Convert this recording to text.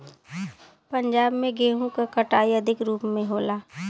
पंजाब में गेंहू क कटाई अधिक रूप में होला